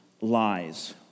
lies